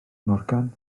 morgan